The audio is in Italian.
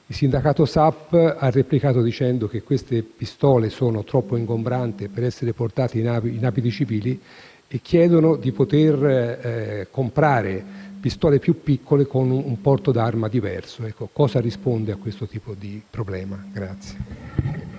Il sindacato SAP ha replicato dicendo che le pistole sono troppo ingombranti per essere portate con gli abiti civili e chiedono, quindi, di potere comprare pistole più piccole con un porto d'arma diverso. Cosa risponde a questo tipo di problema?